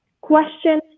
question